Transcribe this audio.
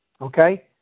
okay